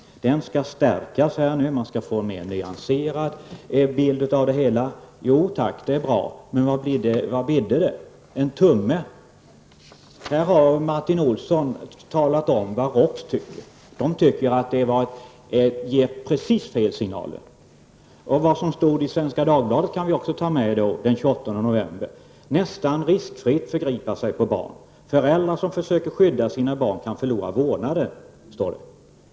Umgängesrätten skall nu stärkas, och man skall få en mer nyanserad bild av det hela. Ja tack, det är bra. Men vad bidde det? En tumme! Här har Martin Olsson talat om vad ROKS tycker. ROKS tycker att det ges precis fel signaler. Vi kan också ta med vad som stod i Svenska Dagbladet den 28 november: ''Nästan riskfritt förgripa sig på barn. Föräldrar som försöker skydda sina barn kan förlora vårdnaden --.''